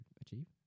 achieve